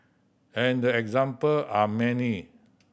and the example are many